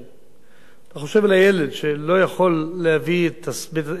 אתה חושב על הילד שלא יכול להביא את הספר מהבית,